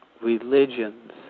religions